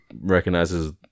recognizes